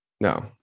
No